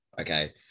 okay